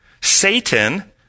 Satan